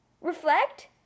reflect